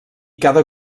cada